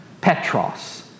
Petros